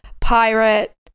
Pirate